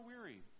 weary